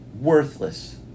worthless